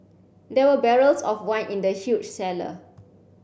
there were barrels of wine in the huge cellar